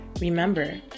Remember